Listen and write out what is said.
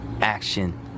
action